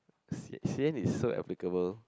sian is so applicable